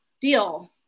deal